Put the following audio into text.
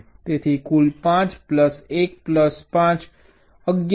તેથી કુલ 5 plus 1 plus 5 11